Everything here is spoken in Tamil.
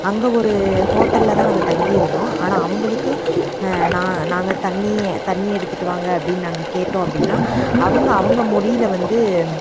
அங்கே ஒரு ஹோட்டலில் தான் நாங்கள் தங்கி இருந்தோம் ஆனால் அவங்களுக்கு நான் நாங்கள் தண்ணி தண்ணி எடுத்துட்டு வாங்க அப்படின்னு நாங்கள் கேட்டோம் அப்படின்னா அவங்க அவங்க மொழியில் வந்து